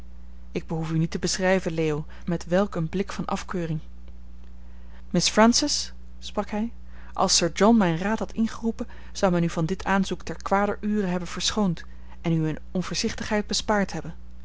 ik behoef u niet te beschrijven leo met welk een blik van afkeuring miss francis sprak hij als sir john mijn raad had ingeroepen zou men u van dit aanzoek ter kwader ure hebben verschoond en u eene onvoorzichtigheid bespaard hebben